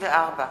94)